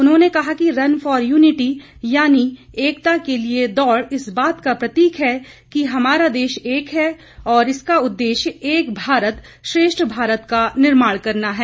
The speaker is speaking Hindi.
उन्होंने कहा कि रन फॉर यूनिटीयानी एकता के लिए दौड़ इस बात का प्रतीक है कि हमारा देश एक है और इसका उद्देश्य एक भारत श्रेष्ठ भारत का निर्माण करना है